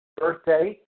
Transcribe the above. birthday